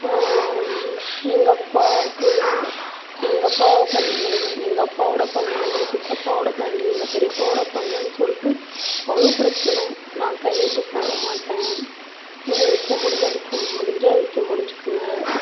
எங்கள் அப்பாவுக்குன்னு எங்கள் அப்பா பண் எங் எங்கள் அப்பாவோட பங்கு எங்கள் சித்தப்பாவோட பங்கு எங்கள் பெரியப்பாவோட பங்கெனு சொல்லிகிட்டு அவ்வளோ பிரச்சின நான் கையெழுத்து போடமாட்டேன் நீங்கள் விற்க முடிஞ்சால் விற்க முடிஞ்சால் விற்க முடிஞ்சுக்குங்க